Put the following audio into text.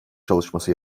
çalışması